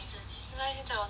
ya 现在我在喝水